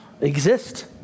exist